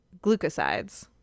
glucosides